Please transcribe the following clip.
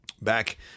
back